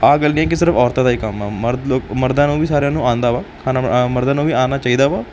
ਆਹ ਗੱਲ ਨਹੀਂ ਹੈ ਕਿ ਸਿਰਫ ਔਰਤਾਂ ਦਾ ਹੀ ਕੰਮ ਆ ਮਰਦ ਲੋ ਮਰਦਾਂ ਨੂੰ ਵੀ ਸਾਰਿਆਂ ਨੂੰ ਆਉਂਦਾ ਵਾ ਖਾਣਾ ਬ ਮਰਦਾਂ ਨੂੰ ਵੀ ਆਉਣਾ ਚਾਹੀਦਾ ਵਾ